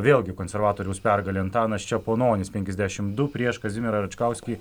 vėlgi konservatoriaus pergalė antanas čepononis penkiasdešimt du prieš kazimierą račkauskį